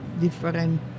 different